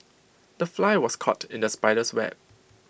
the fly was caught in the spider's web